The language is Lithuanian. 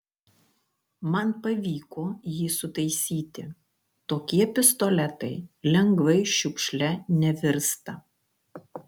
man pavyko jį sutaisyti tokie pistoletai lengvai šiukšle nevirsta